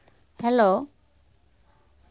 hello